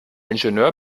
ingenieur